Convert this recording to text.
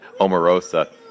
Omarosa